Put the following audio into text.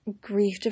Grief